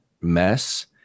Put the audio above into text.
mess